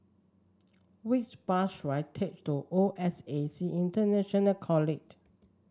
which bus should I take to O S A C International College